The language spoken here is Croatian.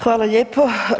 Hvala lijepo.